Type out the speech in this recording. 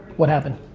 what happened?